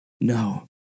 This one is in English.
No